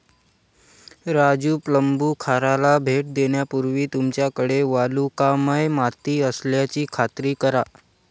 राजू प्लंबूखाराला भेट देण्यापूर्वी तुमच्याकडे वालुकामय माती असल्याची खात्री करा